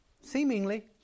seemingly